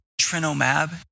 Trinomab